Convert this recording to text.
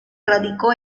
radicó